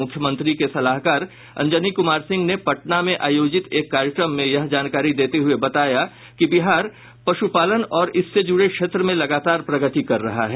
मुख्यमंत्री के सलाहकार अंजनी कुमार सिंह ने पटना में आयोजित एक कार्यक्रम में यह जानकारी देते हुये बताया कि बिहार पशुपालन और इससे जुड़े क्षेत्र में लगातार प्रगति कर रहा है